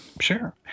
Sure